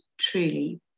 truly